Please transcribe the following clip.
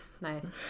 Nice